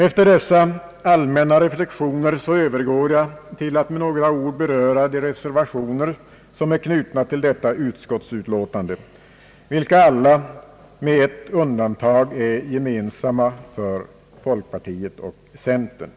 Efter dessa allmänna reflexioner övergår jag till att med några ord beröra de reservationer som är knutna till detta utskottsutlåtande, vilka alla — med ett undantag — är gemensamma för folkpartiet och centern.